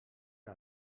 era